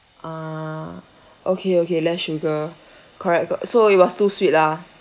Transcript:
ah okay okay less sugar correct got so it was too sweet lah